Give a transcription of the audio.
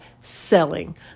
selling